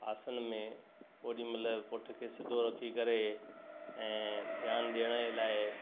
आसन में ओॾीमहिल पुठ खे सिधो रखी करे ऐं ध्यानु ॾियण जंहिं लाइ